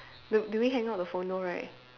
do do we hang up the phone no right